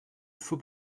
faux